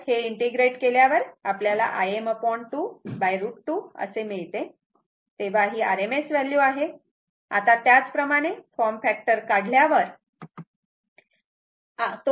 तर हे इंटिग्रेट केल्यावर आपल्याला Im 2 √2 असे मिळते तेव्हा ही RMS व्हॅल्यू आहे आता त्याच प्रमाणे फॉर्म फॅक्टर काढल्यावर तो आपल्याला 1